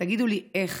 תגידו לי, איך?